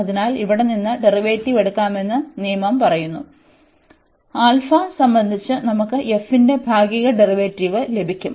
അതിനാൽ ഇവിടെ നിന്ന് ഡെറിവേറ്റീവ് എടുക്കാമെന്ന് നിയമം പറയുന്നു സംബന്ധിച്ച് നമുക്ക് f ന്റെ ഭാഗിക ഡെറിവേറ്റീവ് ലഭിക്കും